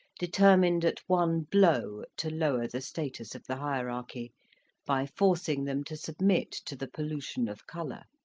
determined at one blow to lower the status of the hierarchy by forcing them to submit to the pollution of colour,